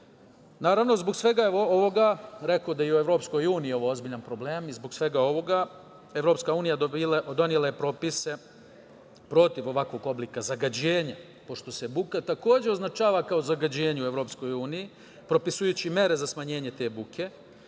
gradova. Naravno, zbog svega evo ovoga rekao bih da je i u Evropskoj uniji ovo ozbiljan problem i zbog svega ovoga EU donela je propise protiv ovakvog oblika zagađenja, pošto se buka takođe označava kao zagađenje u EU, propisujući mere za smanjenje te buke.